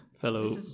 fellow